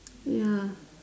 ya